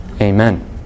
Amen